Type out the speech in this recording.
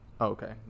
okay